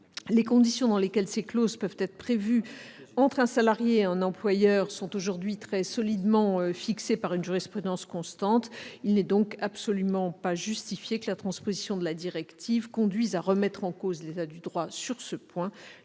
Les conditions dans lesquelles ces clauses peuvent être prévues entre un salarié et un employeur sont aujourd'hui très solidement fixées par une jurisprudence constante. Il n'est donc absolument pas justifié que la transposition de la directive conduise à remettre en cause l'état du droit sur ce point.